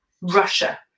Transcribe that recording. Russia